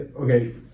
Okay